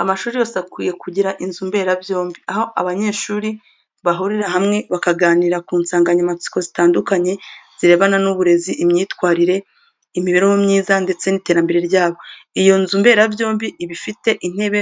Amashuri yose akwiye kugira inzu mberabyombi, aho abanyeshuri bahurira hamwe, bakaganira ku nsanganyamatsiko zitandukanye zirebana n'uburezi, imyitwarire, imibereho myiza, ndetse n'iterambere ryabo. Iyo nzu mberabyombi iba ifite intebe